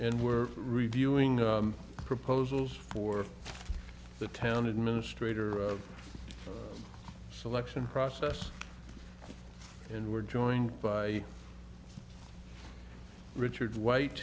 and we're reviewing the proposals for the town administrator selection process and we're joined by richard white